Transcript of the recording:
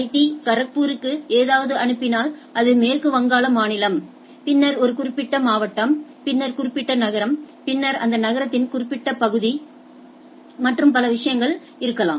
D கரக்பூருக்கு ஏதாவது அனுப்பினால் அது மேற்கு வங்காள மாநிலம் பின்னர் ஒரு குறிப்பிட்ட மாவட்டம் பின்னர் குறிப்பிட்ட நகரம் பின்னர் அந்த நகரத்தின் குறிப்பிட்ட பகுதி மற்றும் பல விஷயங்களாகும்